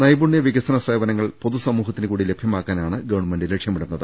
നൈപുണ്യ വികസന സേവനങ്ങൾ പൊതുസമൂഹത്തിന് കൂടി ലഭ്യമാക്കാനാണ് ഗവൺമെന്റ് ലക്ഷ്യമിടുന്നത്